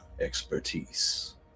expertise